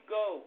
go